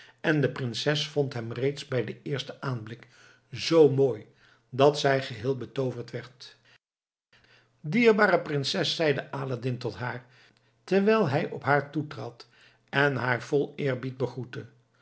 en de prinses vond hem reeds bij den eersten aanblik zoo mooi dat zij geheel betooverd werd dierbare prinses zeide aladdin tot haar terwijl hij op haar toetrad en haar vol eerbied begroette